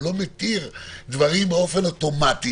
הוא לא מתיר דברים באופן אוטומטי.